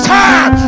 time